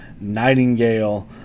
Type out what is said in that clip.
Nightingale